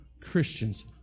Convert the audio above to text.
Christians